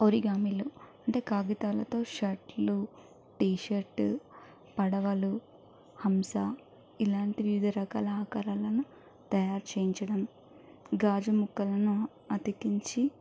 ఓరిగామిలు అంటే కాగితాలతో షర్టులు టీషర్టు పడవలు హంస ఇలాంటి వివిధ రకాల ఆకారాలను తయారు చేయించడం గాజు ముక్కలను అతికించి